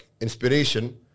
inspiration